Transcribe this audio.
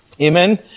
amen